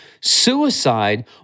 Suicide